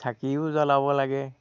চাকিও জ্বলাব লাগে